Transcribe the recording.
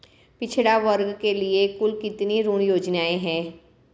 पिछड़ा वर्ग के लिए कुल कितनी ऋण योजनाएं हैं?